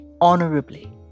honorably